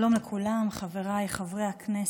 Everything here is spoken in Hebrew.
שלום לכולם, חבריי חברי הכנסת,